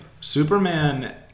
Superman